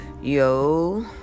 yo